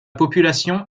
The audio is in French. population